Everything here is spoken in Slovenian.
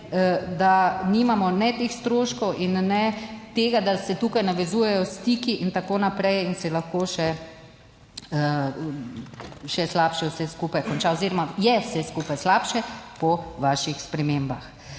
da nimamo ne teh stroškov in ne tega, da se tukaj navezujejo stiki in tako naprej in se lahko še še slabše vse skupaj konča oziroma je vse skupaj slabše po vaših spremembah.